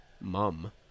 mum